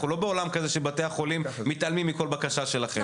אנחנו לא בעולם כזה שבתי החולים מתעלמים מכל בקשה שלכם.